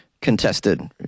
contested